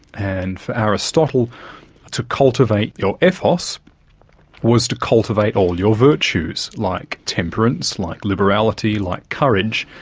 and for aristotle to cultivate your ethos was to cultivate all your virtues, like temperance, like liberality, like courage,